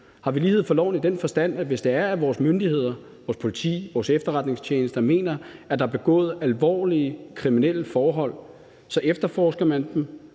har lighed for loven, hvis det er sådan, at når vores myndigheder, vores politi, vores efterretningstjenester mener, at der er begået alvorlige kriminelle forhold af nogen, efterforsker man dem,